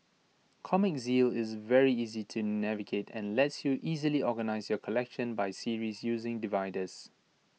Comic Zeal is very easy to navigate and lets you easily organise your collection by series using dividers